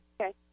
Okay